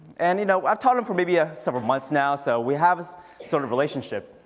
and you know i've taught him for maybe ah several months now so we have this sort of relationship.